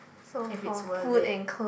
if it's worth it